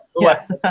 yes